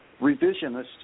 revisionist